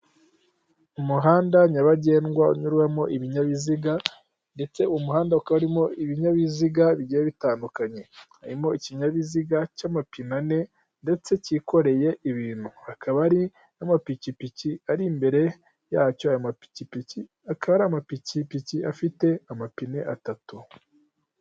Umuhanda nyabagendwa unyuramo ibinyabiziga ndetse umuhanda ukaba urimo ibinyabiziga bigiye bitandukanye. Harimo ikinyabiziga cy'amapine ane ndetse cyikoreye ibintu, hakaba hari n'amapikipiki ari imbere yacyo, ayo mapikipikiri, akaba ari amapikipiki afite amapine atatu.